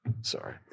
Sorry